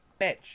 bitch